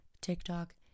TikTok